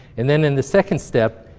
and then in the second step,